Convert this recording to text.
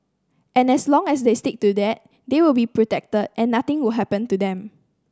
and as long as they stick to that they will be protected and nothing will happen to them